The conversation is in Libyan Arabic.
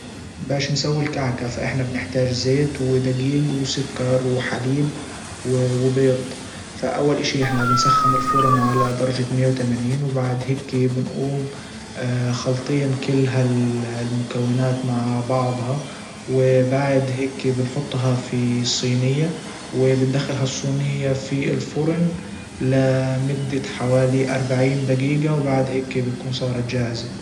باش نسوي الكعكة فاحنا بنحتاج زيت ودجيج وسكر وحليب وبيض فأول اشي احنا بنسخن الفرن على درجة مائة وتمانين وبعد هيكي بنجوم خالطين كل المكونات مع بعضها وبعد هيكي بنحطها في صينية وبندخل هالصينية في الفرن لمدة حوالي اربعين دجيجة وبعد هيكي بتكون صارت جاهزة.